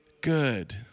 good